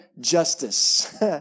justice